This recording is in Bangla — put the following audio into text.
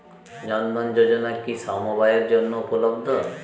জন ধন যোজনা কি সবায়ের জন্য উপলব্ধ?